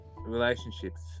Relationships